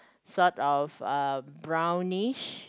sort of uh brownish